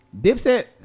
Dipset